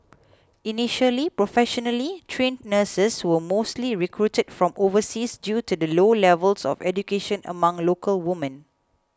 initially professionally trained nurses were mostly recruited from overseas due to the low levels of education among local women